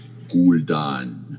Guldan